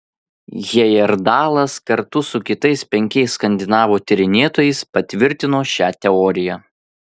hejerdalas kartu su kitais penkiais skandinavų tyrinėtojais patvirtino šią teoriją